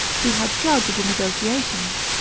who had charge of the negotiations.